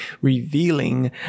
revealing